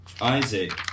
Isaac